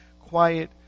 quiet